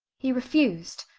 he refused.